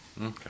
Okay